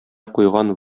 куйган